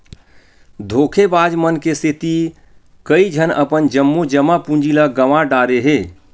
धोखेबाज मन के सेती कइझन अपन जम्मो जमा पूंजी ल गंवा डारे हे